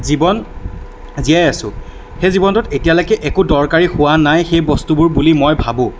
জীৱন জীয়াই আছোঁ সেই জীৱনটোত এতিয়ালৈকে একো দৰকাৰী হোৱা নাই সেই বস্তুবোৰ বুলি মই ভাবোঁ